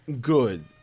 good